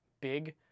big –